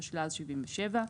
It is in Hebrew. התשל"ז-1977,